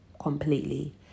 completely